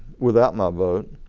without my vote